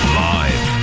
live